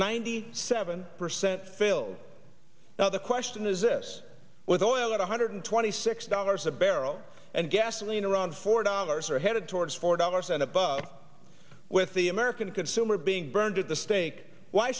ninety seven percent filled now the question is this with oil at one hundred twenty six dollars a barrel and gasoline around four dollars or headed towards four dollars and above with the american consumer being burned at the stake why